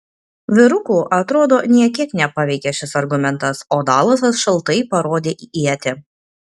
vyrukų atrodo nė kiek nepaveikė šis argumentas o dalasas šaltai parodė į ietį